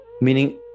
Meaning